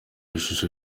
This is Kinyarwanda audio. ishusho